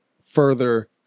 further